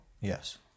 Yes